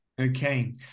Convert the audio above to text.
Okay